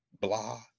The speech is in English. blah